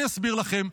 אני אסביר לכם.